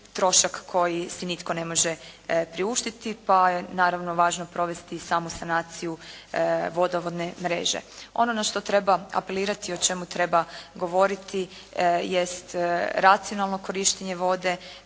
trošak koji si nitko ne može priuštiti pa je naravno važno provesti samo sanaciju vodovodne mreže. Ono na što treba apelirati, o čemu treba govoriti jest racionalno korištenje vode,